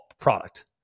product